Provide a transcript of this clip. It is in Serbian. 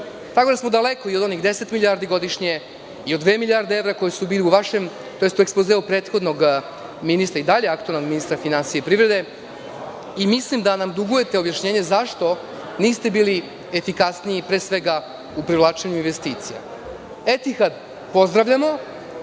tako da smo daleko i od onih 10 milijardi godišnje i od 2 milijarde evra koje su bile u vašem, tj. u ekspozeu prethodnog ministra, i dalje aktuelnog ministra finansija i privrede i mislim da nam dugujete objašnjenje zašto niste bili efikasniji u, pre svega, privlačenju investicija. Etihad pozdravljamo,